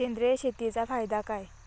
सेंद्रिय शेतीचा फायदा काय?